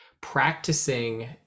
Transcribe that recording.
practicing